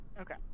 Okay